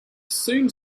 soon